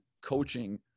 coaching